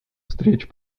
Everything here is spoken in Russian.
встреч